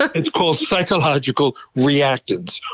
it's called psychological reactance,